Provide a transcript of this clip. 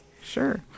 Sure